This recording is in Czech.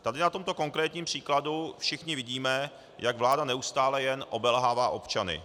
Tady na tomto konkrétním příkladu všichni vidíme, jak vláda neustále jen obelhává občany.